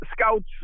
scouts